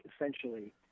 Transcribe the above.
essentially